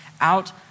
out